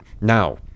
Now